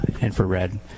infrared